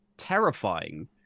Terrifying